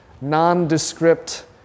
nondescript